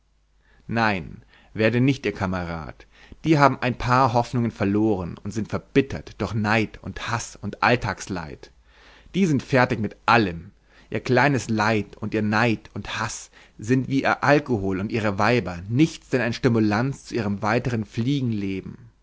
nein werde nicht ihr kamerad die haben ein paar hoffnungen verloren und sind verbittert durch neid und haß und alltagsleid die sind fertig mit allem ihr kleines leid und ihr neid und haß sind wie ihr alkohol und ihre weiber nichts denn ein stimulanz zu ihrem weiteren